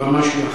בבקשה, הבמה שלך.